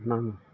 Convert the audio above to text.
নাম